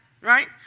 right